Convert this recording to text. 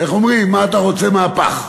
איך אומרים, מה אתה רוצה מהפח?